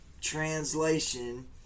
translation